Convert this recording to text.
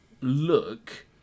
look